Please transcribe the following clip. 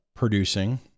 Producing